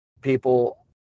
people